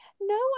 No